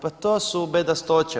Pa to su bedastoće.